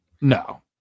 No